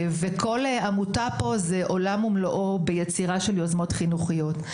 כל עמותה פה היא עולם ומלואו ביצירה של יוזמות חינוכיות.